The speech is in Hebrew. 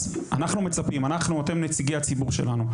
אתם נציגי הציבור שלנו,